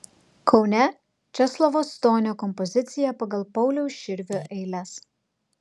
kaune česlovo stonio kompozicija pagal pauliaus širvio eiles